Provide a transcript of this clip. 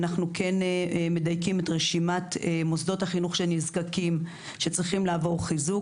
אנחנו כן מדייקים את רשימת מוסדות החינוך שצריכים לעבור חיזוק.